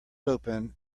open